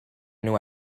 nhw